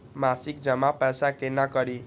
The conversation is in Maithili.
मासिक जमा पैसा केना करी?